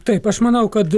taip aš manau kad